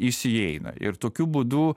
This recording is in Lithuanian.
jis įeina ir tokiu būdu